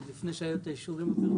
עוד לפני שהיו את האישורים הבירוקרטיים,